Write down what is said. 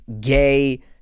gay